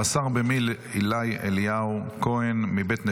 רס"ר במיל' עילי אליהו כהן מבית נחמיה,